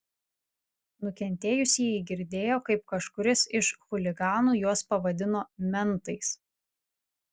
nukentėjusieji girdėjo kaip kažkuris iš chuliganų juos pavadino mentais